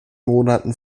monaten